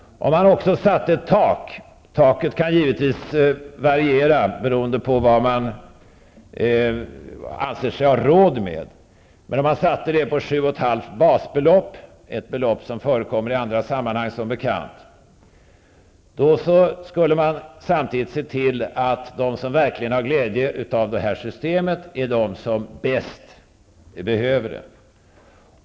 Ett tak bör också sättas. Taket kan givetvis variera beroende på vad man anser sig ha råd med. Men om man satte det vid 7,5 basbelopp -- vilket som bekant förekommer i andra sammanhang -- så skulle man samtidigt se till att de som verkligen har glädje av det här systemet är de som bäst behöver det.